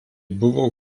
buvo